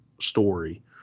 story